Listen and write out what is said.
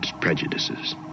prejudices